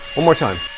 one more time.